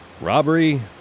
Robbery